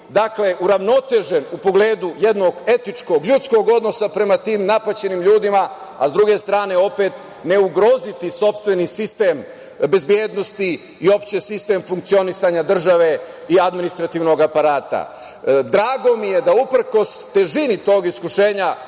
ostati uravnotežen u pogledu jednog etičkog, ljudskog odnosa prema tim napaćenim ljudima, a s druge strane opet ne ugroziti sopstveni sistem bezbednosti i opšte sistem funkcionisanja države i adminstrativnog aparata. Drago mi je da je, uprkos težini tog iskušenja,